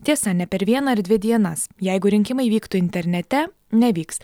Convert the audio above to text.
tiesa ne per vieną ar dvi dienas jeigu rinkimai vyktų internete nevyks